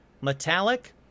metallic